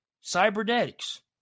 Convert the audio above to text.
Cybernetics